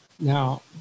Now